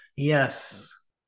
Yes